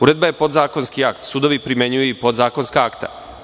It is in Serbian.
Uredba je podzakonski akt, sudovi primenjuju i podzakonska akta.